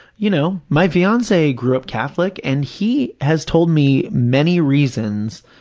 you know, my fiance grew up catholic and he has told me many reasons